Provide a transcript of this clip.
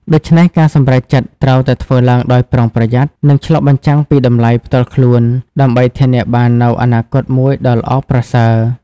ដូច្នេះ ការសម្រេចចិត្តត្រូវតែធ្វើឡើងដោយប្រុងប្រយ័ត្ន និងឆ្លុះបញ្ចាំងពីតម្លៃផ្ទាល់ខ្លួន ដើម្បីធានាបាននូវអនាគតមួយដ៏ល្អប្រសើរ។